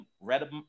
read